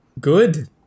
Good